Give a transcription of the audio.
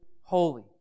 holy